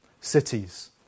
Cities